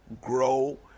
grow